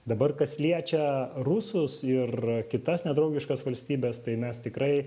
dabar kas liečia rusus ir kitas nedraugiškas valstybes tai mes tikrai